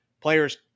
players